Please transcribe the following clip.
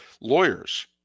lawyers